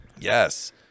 Yes